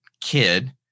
kid